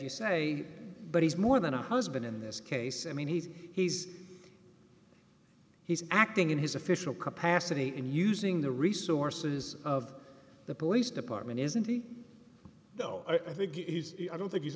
you say but he's more than a husband in this case i mean he's he's he's acting in his official capacity and using the resources of the police department isn't he though i think he's i don't think he's